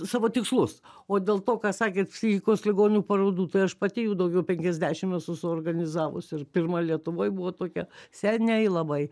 savo tikslus o dėl to ką sakėt psichikos ligonių parodų tai aš pati jų daugiau penkiasdešimt esu suorganizavus ir pirma lietuvoj buvo tokia seniai labai